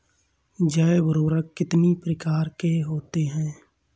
जैव उर्वरक कितनी प्रकार के होते हैं?